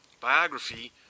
biography